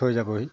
থৈ যাবহি